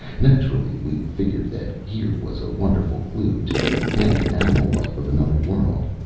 naturally, we figured that here was a wonderful clue to the plant and animal life of another world.